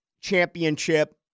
championship